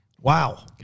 Wow